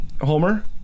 Homer